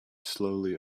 slowly